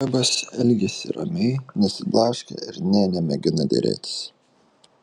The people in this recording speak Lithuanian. loibas elgėsi ramiai nesiblaškė ir nė nemėgino derėtis